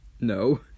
No